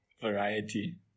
variety